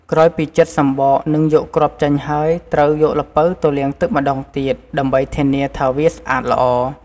ក្រោយពីចិតសំបក និងយកគ្រាប់ចេញហើយ ត្រូវយកល្ពៅទៅលាងទឹកម្តងទៀត ដើម្បីធានាថាវាស្អាតល្អ។